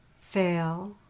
fail